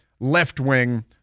left-wing